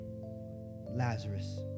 Lazarus